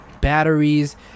batteries